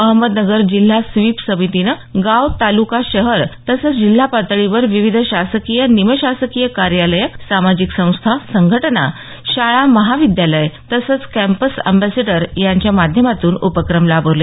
अहमदनगर जिल्हास्वीप समितीनं गाव तालुका शहर तसंच जिल्हा पातळीवर विविध शासकीय निमशासकीय कार्यालयं सामाजिक संस्था संघटना शाळा महाविद्यालय तसेच कॅम्पस अँम्बेसिडर यांच्या माध्यमातून उपक्रम राबवले